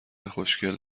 خوشکل